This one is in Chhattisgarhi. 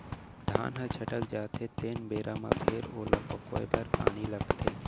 धान ह छटक जाथे तेन बेरा म फेर ओला पकोए बर पानी लागथे